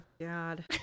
God